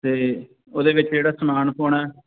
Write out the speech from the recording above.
ਅਤੇ ਉਹਦੇ ਵਿੱਚ ਜਿਹੜਾ ਸਮਾਨ ਪਾਉਣਾ